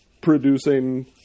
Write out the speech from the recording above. producing